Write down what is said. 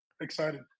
excited